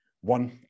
one